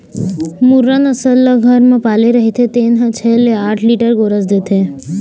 मुर्रा नसल ल घर म पाले रहिथे तेन ह छै ले आठ लीटर गोरस देथे